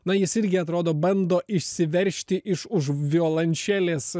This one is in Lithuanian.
na jis irgi atrodo bando išsiveržti iš už violončelės